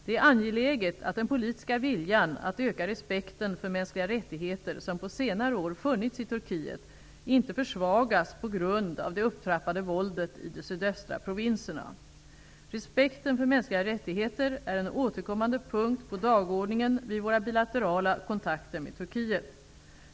Det är angeläget att den politiska viljan att öka respekten för mänskliga rättigheter, som på senare år funnits i Turkiet, inte försvagas på grund av det upptrappade våldet i de sydöstra provinserna. Respekten för mänskliga rättigheter är en återkommande punkt på dagordningen vid våra bilaterala kontakter med Turkiet.